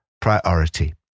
priority